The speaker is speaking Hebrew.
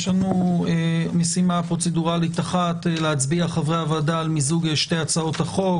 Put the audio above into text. יש לנו משימה פרוצדורלית אחת: להצביע על מיזוג שתי הצעות החוק.